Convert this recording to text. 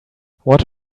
what